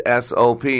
SOP